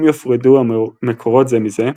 אם יופרדו המקורות זה מזה,